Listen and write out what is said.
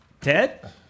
Ted